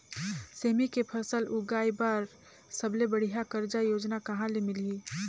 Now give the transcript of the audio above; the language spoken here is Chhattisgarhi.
सेमी के फसल उगाई बार सबले बढ़िया कर्जा योजना कहा ले मिलही?